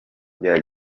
bya